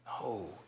No